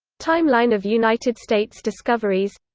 timeline of united states discoveries